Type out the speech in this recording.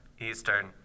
Eastern